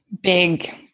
big